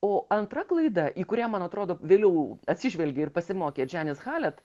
o antra klaida į kurie man atrodo vilių atsižvelgė ir pasimokė džianis halet